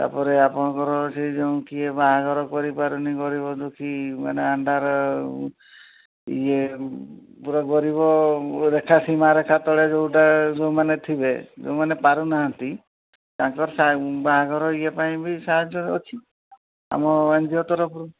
ତା'ପରେ ଆପଣଙ୍କର ସେ ଯେଉଁ କିଏ ବାହାଘର କରି ପାରୁନି ଗରିବ ଦୁଃଖୀ ମାନେ ଆଣ୍ଡାର ୟେ ପୁରା ଗରିବ ରେଖା ସୀମାରେଖା ତଳେ ଯେଉଁଟା ଯେଉଁମାନେ ଥିବେ ଯେଉଁମାନେ ପାରୁନାହାନ୍ତି ତାଙ୍କର ସା ବାହାଘର ୟେ ପାଇଁ ବି ସାହାଯ୍ୟ ଅଛି ଆମ ଏନ୍ ଜି ଓ ତରଫରୁ